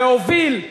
להוביל,